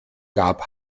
gab